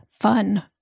fun